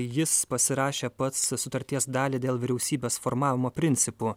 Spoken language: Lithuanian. jis pasirašė pats sutarties dalį dėl vyriausybės formavimo principų